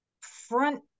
front